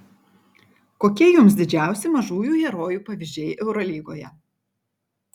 kokie jums didžiausi mažųjų herojų pavyzdžiai eurolygoje